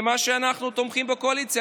אנחנו תומכים בקואליציה,